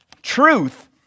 Truth